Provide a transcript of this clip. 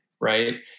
right